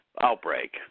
Outbreak